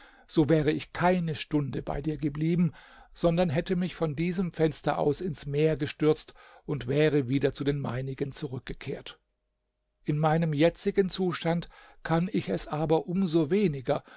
so wäre ich keine stunde bei dir geblieben sondern hätte mich von diesem fenster aus ins meer gestürzt und wäre wieder zu den meinigen zurückgekehrt in meinem jetzigen zustand kann ich es aber um so weniger